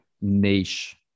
niche